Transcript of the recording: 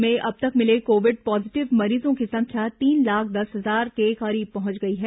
राज्य में अब तक मिले कोविड पॉजीटिव मरीजों की संख्या तीन लाख दस हजार के करीब पहुंच गई है